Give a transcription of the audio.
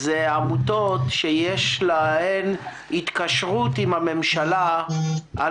זה עמותות שיש להן התקשרות עם הממשלה על